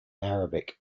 arabic